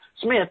Smith